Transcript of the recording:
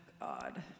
God